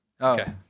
Okay